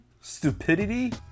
Stupidity